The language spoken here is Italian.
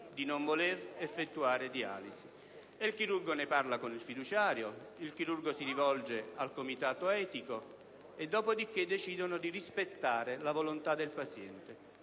di non effettuare dialisi. Il chirurgo ne parla con il fiduciario, si rivolge poi al comitato etico e infine decide di rispettare la volontà del paziente.